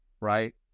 right